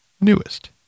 newest